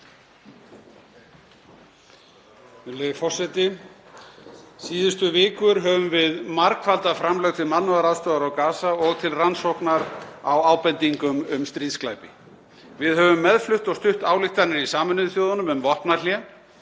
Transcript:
Virðulegi forseti. Síðustu vikur höfum við margfaldað framlög til mannúðaraðstoðar á Gaza og til rannsóknar á ábendingum um stríðsglæpi. Við höfum meðflutt og stutt ályktanir Sameinuðu þjóðanna um vopnahlé,